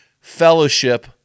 fellowship